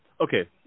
Okay